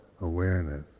awareness